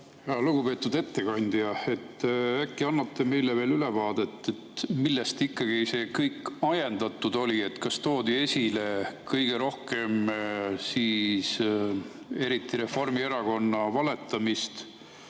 Lugupeetud ettekandja! Äkki annate meile veel ülevaadet, millest ikkagi see kõik ajendatud oli? Kas toodi kõige rohkem esile eriti Reformierakonna valetamist